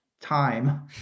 time